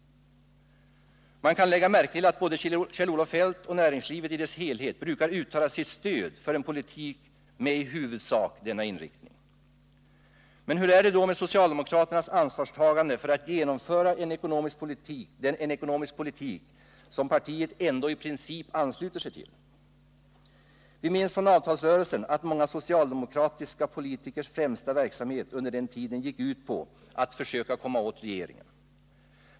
Man kan lägga märke till att både Kjell-Olof Feldt och näringslivet i dess helhet brukar uttala sitt stöd för en politik med i huvudsak denna inriktning. Men hur är det då med socialdemokraternas ansvarstagande för att genomföra en ekonomisk politik som partiet ändå i princip ansluter sig till? Vi minns från avtalsrörelsen, att många socialdemokratiska politikers främsta verksamhet under den tiden gick ut på att komma åt regeringen.